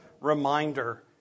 reminder